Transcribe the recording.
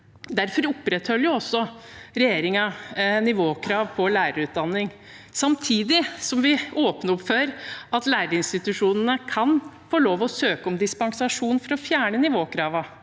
Derfor opprettholder også regjeringen nivåkrav på lærerutdanning. Samtidig åpner vi opp for at læreinstitusjonene kan få lov til å søke om dispensasjon for å fjerne nivåkravet,